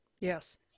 Yes